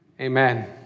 amen